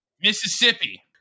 Mississippi